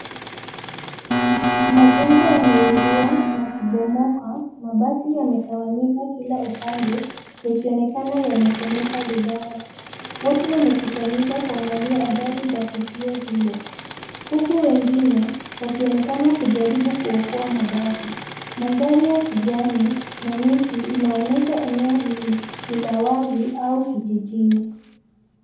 Majengo yameungua na kubomoka, mabati yametawanyika kila upande, ikionekana yamechomeka vibaya. Watu wamekusanyika kuangalia athari za tukio hilo. Huku wengine, wakionekana kujaribu kuokoa mabaki. Mandhari ya kijani na miti, inaonyesha eneo hili ni la wazi au kijijini.